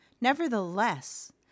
Nevertheless